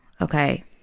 Okay